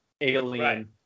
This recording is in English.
Alien